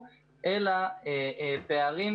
רפרנט בריאות באג"ת.